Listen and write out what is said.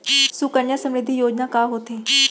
सुकन्या समृद्धि योजना का होथे